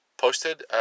posted